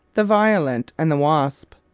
the violent, and the wasp.